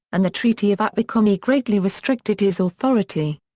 and the treaty of aberconwy greatly restricted his authority.